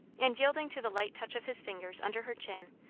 and yielding to the light touch of his fingers under her chin,